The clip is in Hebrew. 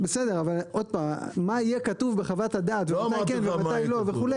מה יהיה כתוב בחוות הדעת ומתי כן ומתי לא וכו',